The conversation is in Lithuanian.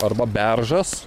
arba beržas